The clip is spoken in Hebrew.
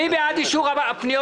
מי בעד אישור הפניות?